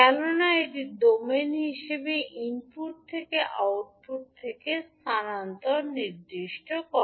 কেননা এটি ডোমেন হিসাবে ইনপুট থেকে আউটপুট থেকে স্থানান্তর নির্দিষ্ট করে